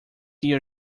hear